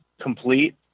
complete